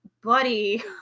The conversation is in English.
buddy